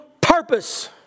purpose